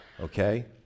Okay